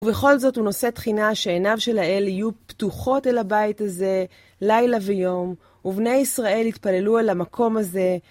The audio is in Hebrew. ובכל זאת הוא נושא תחינה שעיניו של האל יהיו פתוחות אל הבית הזה, לילה ויום, ובני ישראל יתפללו על המקום הזה.